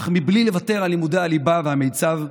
אך בלי לוותר על לימודי הליבה והמיצ"ב,